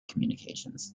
communications